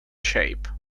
shape